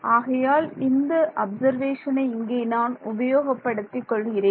ஆகையால் இந்த அப்சர்வேஷனை இங்கே நான் உபயோகப் படுத்திக் கொள்கிறேன்